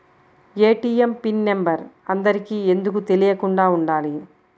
ATM pin number అందరికి ఎందుకు తెలియకుండా ఉండాలి?